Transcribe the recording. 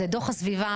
זה דו"ח הסביבה,